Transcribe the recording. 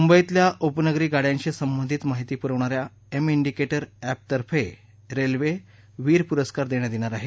मुंबईतल्या उपनगरी गाड्याशी संबंधित माहिती पुरवणा या एम इंडिकेटर अॅप तर्फे रेल्वे वीर पुरस्कार देण्यात येणार आहेत